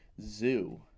zoo